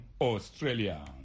Australia